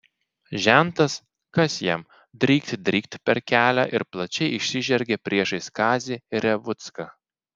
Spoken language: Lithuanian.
žentas kas jam drykt drykt per kelią ir plačiai išsižergė priešais kazį revucką